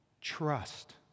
Trust